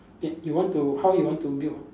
eh you want to how you want to build